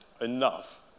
enough